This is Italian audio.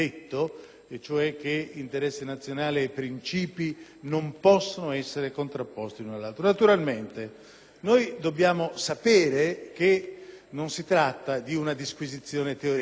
affermato: interesse nazionale e princìpi non possono essere contrapposti. Naturalmente, dobbiamo sapere che non si tratta di una disquisizione teoretica.